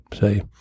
say